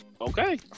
Okay